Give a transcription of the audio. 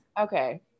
Okay